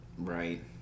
Right